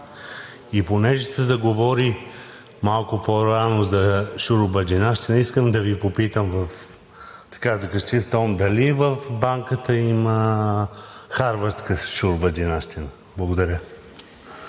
И понеже се заговори малко по-рано за шуробаджанащина, искам да Ви попитам в закачлив тон – дали в банката има харвардска шуробаджанащина? Благодаря.